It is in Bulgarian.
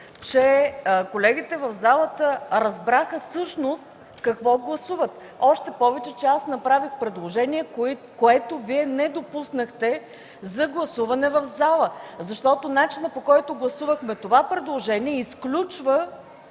че колегите в залата разбраха всъщност какво гласуват, още повече че направих предложение, което Вие не допуснахте за гласуване в залата. Начинът, по който гласувахме това предложение, изключва